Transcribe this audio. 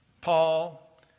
Paul